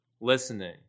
listening